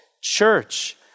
church